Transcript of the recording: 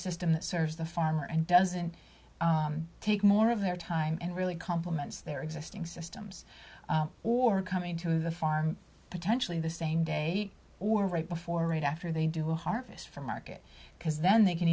system that serves the farmer and doesn't take more of their time and really complements their existing systems or coming to the farm potentially the same day or right before and after they do harvest from market because then they can